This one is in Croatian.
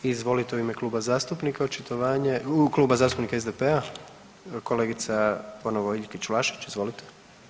Izvolite u ime kluba zastupnika očitovanje, Kluba zastupnika SDP-a kolegica ponovo Iljkić Vlašić, izvolite.